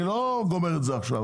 אני לא גומר את זה עכשיו,